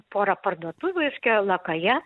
pora parduotuvių reiškia lakaja